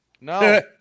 No